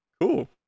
Cool